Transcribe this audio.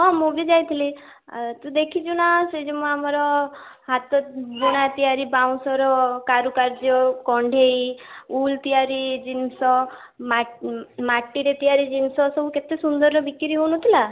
ହଁ ମୁଁ ବି ଯାଇଥିଲି ଏ ତୁ ଦେଖିଛୁନା ସେ ଯୋଉ ଆମର ହାତ ବୁଣା ତିଆରି ବାଉଁଶ ର କାରୁକାର୍ଯ୍ୟ କଣ୍ଢେଇ ଉଲ୍ ତିଆରି ଜିନିଷ ମାଟିରେ ତିଆରି ଜିନିଷ ସବୁ କେତେ ସୁନ୍ଦରର ବିକ୍ରି ହେଉନଥିଲା